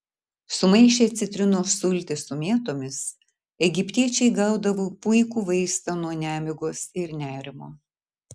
sumaišę citrinos sultis su mėtomis egiptiečiai gaudavo puikų vaistą nuo nemigos ir nerimo